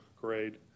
grade